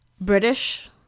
British